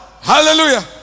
Hallelujah